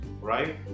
right